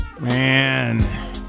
Man